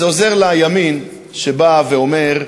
זה עוזר לימין, שבא ואומר: